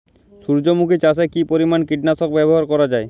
সূর্যমুখি চাষে কি পরিমান কীটনাশক ব্যবহার করা যায়?